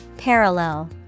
Parallel